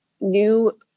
new